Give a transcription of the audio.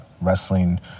Wrestling